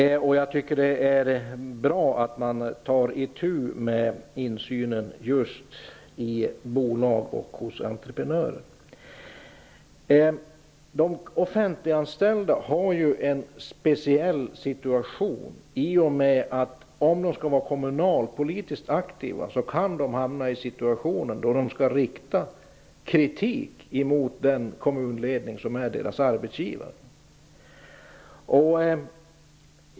Det är bra att man tar itu med frågan om insynen i just bolag och hos entreprenörer. De offentliganställda har ju en speciell situation. De kommunalpolitiskt aktiva kan hamna i situationen att de tvingas rikta kritik mot den kommunledning som är deras arbetsgivare.